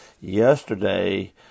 Yesterday